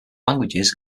languages